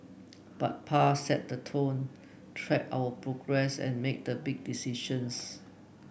but Pa set the tone tracked our progress and made the big decisions